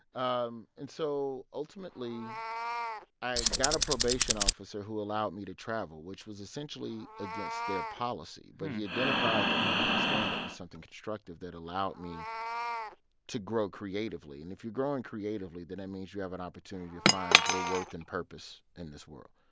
um and so ultimately i got a probation officer who allowed me to travel, which was essentially against their policy. but he identified that me doing stand-up was something constructive that allowed me to grow creatively. and if you're growing creatively, then it means you have an opportunity to find your worth and purpose in this world.